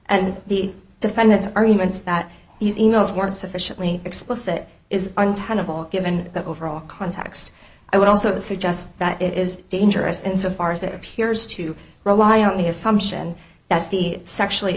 and the defendant's arguments that he's emails weren't sufficiently explicit is untenable given the overall context i would also suggest that it is dangerous insofar as it appears to rely on the assumption that the sexually